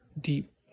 deep